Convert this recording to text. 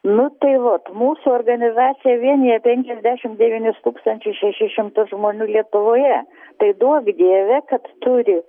nu tai vot mūsų organizacija vienija penkiasdešim devynis tūkstančius šešis šimtus žmonių lietuvoje tai duok dieve kad turi